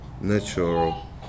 natural